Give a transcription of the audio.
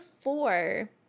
four